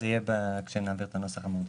זה יהיה כאשר נעביר את הנוסח המעודכן.